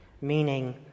meaning